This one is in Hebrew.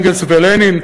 אנגלס ולנין,